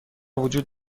وجود